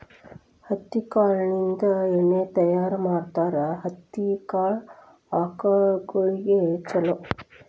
ಹತ್ತಿ ಕಾಳಿಂದ ಎಣ್ಣಿ ತಯಾರ ಮಾಡ್ತಾರ ಹತ್ತಿ ಕಾಳ ಆಕಳಗೊಳಿಗೆ ಚುಲೊ